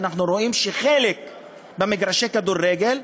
אנחנו רואים שחלק במגרשי הכדורגל,